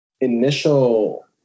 initial